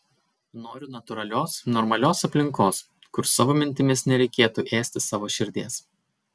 noriu natūralios normalios aplinkos kur savo mintimis nereikėtų ėsti savo širdies